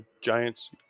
Giants